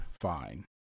fine